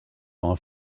are